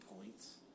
points